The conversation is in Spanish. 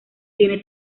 tiene